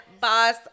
Boss